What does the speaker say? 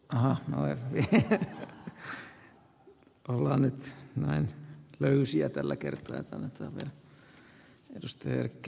hahmojen yhteistyötä ollaan nyt vähän löysiä tällä kertaa suomen edustaja erkki